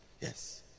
Yes